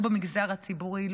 לא במגזר הציבורי,